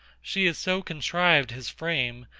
she has so contrived his frame,